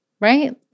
Right